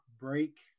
break